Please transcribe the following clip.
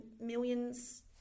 millions